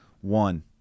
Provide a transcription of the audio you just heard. one